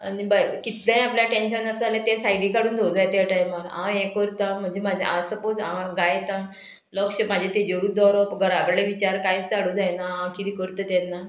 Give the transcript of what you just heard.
आनी कितलेय आपल्या टेंशन आसा जाल्यार तें सायडीक काडून दवरूंक जाय त्या टायमार हांव हें करता म्हणजे म्हाजे आज सपोज हांव गायता लक्ष म्हाजे तेजेरूच दवरप घरा कडेन विचार कांयच हाडूं जायना हांव किदें करता तेन्ना